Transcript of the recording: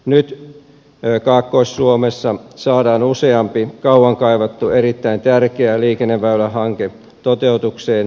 nyt kaakkois suomessa saadaan useampi kauan kaivattu erittäin tärkeä liikenneväylähanke toteutukseen ja suunnitteluun